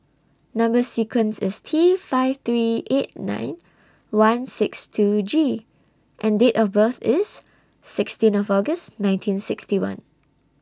Number sequence IS T five three eight nine one six two G and Date of birth IS sixteen of August nineteen sixty one